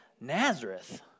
Nazareth